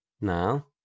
Now